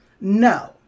No